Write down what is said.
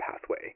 pathway